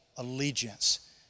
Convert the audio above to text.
allegiance